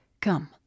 Come